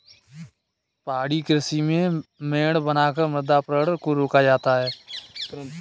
पहाड़ी कृषि में मेड़ बनाकर मृदा अपरदन को रोका जाता है